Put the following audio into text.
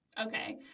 Okay